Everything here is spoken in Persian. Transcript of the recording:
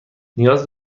نیاز